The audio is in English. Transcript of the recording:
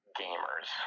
gamers